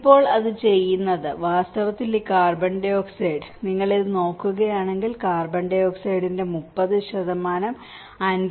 ഇപ്പോൾ അത് ചെയ്യുന്നത് വാസ്തവത്തിൽ ഈ കാർബൺ ഡൈ ഓക്സൈഡ് നിങ്ങൾ ഇത് നോക്കുകയാണെങ്കിൽ കാർബൺ ഡൈ ഓക്സൈഡിന്റെ 30 54